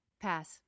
Pass